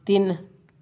ਤਿੰਨ